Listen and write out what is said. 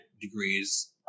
degrees